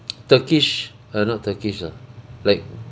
turkish ah not turkish lah like